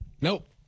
Nope